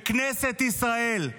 בכנסת ישראל,